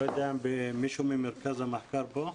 אני לא יודע אם מישהו ממרכז המחקר כאן.